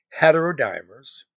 heterodimers